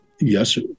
yes